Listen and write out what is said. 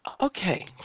Okay